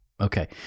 Okay